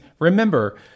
Remember